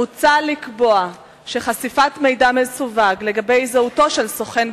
מוצע לקבוע שחשיפת מידע מסווג על זהותו של סוכן,